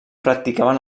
practicaven